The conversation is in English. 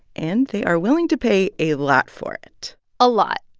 and they are willing to pay a lot for it a lot.